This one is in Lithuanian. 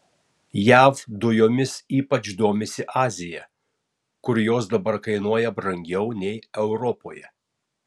jav dujomis ypač domisi azija kur jos dabar kainuoja brangiau nei europoje